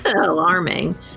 Alarming